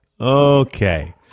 Okay